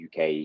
UK